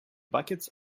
buckets